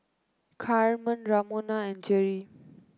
Carmen Ramona and Jerri